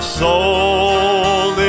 soul